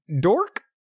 dork